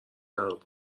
نرو